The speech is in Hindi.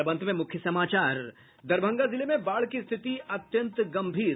और अब अंत में मुख्य समाचार दरभंगा जिले में बाढ़ की स्थिति अत्यंत गंभीर